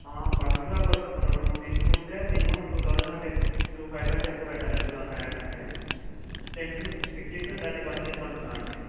బల్కులో ఒక రెండు మూడు తీసుకుంటే మినిమమ్ టూ థౌసండ్ కంటే టూ ఫైఫ్ కంటే ఎక్కువ పెట్టాలండి టూ థౌసండ్ ఫైవ్ హండ్రడ్ కంటే ten to fi fifteen to thirty percent discount ఇస్తాం అండి